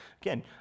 Again